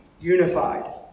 unified